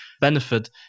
benefit